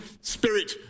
spirit